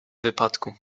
wypadku